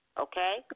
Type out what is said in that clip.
Okay